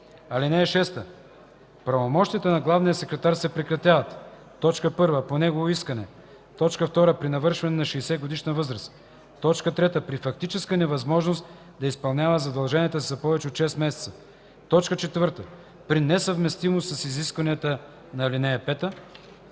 (6) Правомощията на главния секретар се прекратяват: 1. по негово искане; 2. при навършване на 60-годишна възраст; 3. при фактическа невъзможност да изпълнява задълженията си за повече от 6 месеца; 4. при несъвместимост с изискванията на ал. 5; 5.